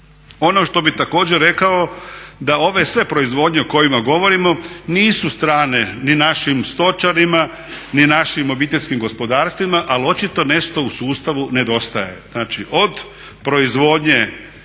Ono što bih također rekao da ove sve proizvodnje o kojima govorimo nisu strane ni našim stočarima, ni našim obiteljskim gospodarstvima ali očito nešto u sustavu nedostaje,